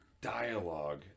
dialogue